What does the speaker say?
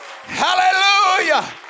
Hallelujah